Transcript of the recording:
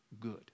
good